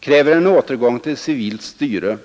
kräver en återgång till civilt styre.